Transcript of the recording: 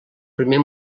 primer